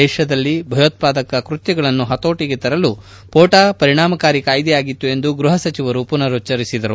ದೇಶದಲ್ಲಿ ಭಯೋತ್ಪಾದಕ ಕೃತ್ವಗಳನ್ನು ಹತೋಟಗೆ ತರಲು ಮೋಟಾ ಪರಿಣಾಮಕಾರಿ ಕಾಯ್ದೆಯಾಗಿತ್ತು ಎಂದು ಗ್ಬಹ ಸಚಿವರು ಪುನರುಚ್ಚರಿಸಿದರು